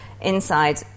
inside